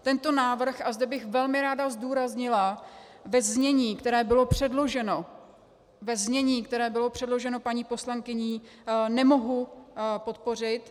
Tento návrh, a zde bych velmi ráda zdůraznila, ve znění, které bylo předloženo, ve znění, které bylo předloženo paní poslankyní, nemohu podpořit.